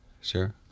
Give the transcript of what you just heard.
Sure